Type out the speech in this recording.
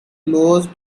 closed